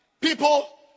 People